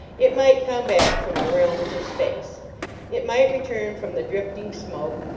it might come back from the realms of space it might return from the drifting smoke,